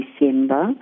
December